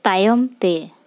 ᱛᱟᱭᱚᱢ ᱛᱮ